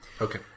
Okay